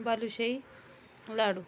balushahi लाडू